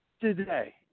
Today